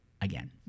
again